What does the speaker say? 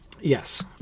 yes